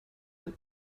ein